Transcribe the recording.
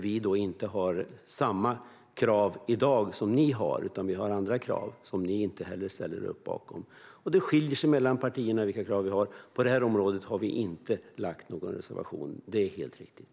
Vi har inte samma krav i dag som ni har, utan vi har andra krav som ni inte ställer er bakom. Kraven skiljer sig alltså mellan partierna, och på det här området har vi inte lagt någon reservation. Det är helt riktigt.